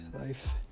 life